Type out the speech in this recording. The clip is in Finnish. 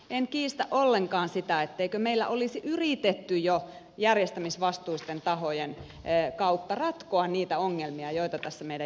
en kiistä ollenkaan sitä etteikö meillä olisi yritetty jo järjestämisvastuisten tahojen kautta ratkoa niitä ongelmia joita tässä meidän järjestelmässämme on